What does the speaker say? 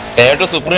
edges of